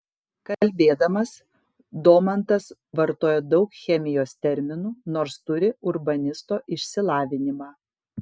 kalbėdamas domantas vartoja daug chemijos terminų nors turi urbanisto išsilavinimą